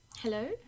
Hello